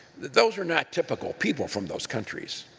those are not typical people from those countries,